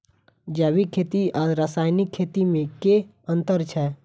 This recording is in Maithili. जैविक खेती आ रासायनिक खेती मे केँ अंतर छै?